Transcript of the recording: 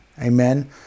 Amen